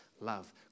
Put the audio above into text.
love